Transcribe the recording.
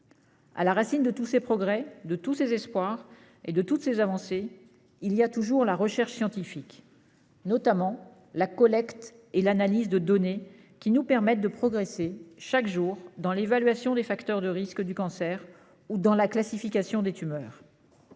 À la racine de tous ces progrès, de tous ces espoirs et de toutes ces avancées, il y a toujours la recherche scientifique, notamment la collecte et l'analyse de données, qui nous permettent de progresser, chaque jour, dans l'évaluation des facteurs de risque du cancer ou dans la classification des tumeurs.